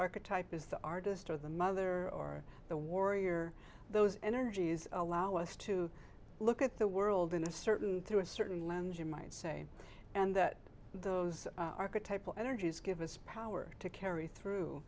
archetype is the artist or the mother or the warrior those energies allow us to look at the world in a certain through a certain lens you might say and that those archetype of energies give us power to carry through